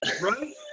right